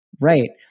Right